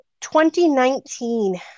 2019